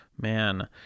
man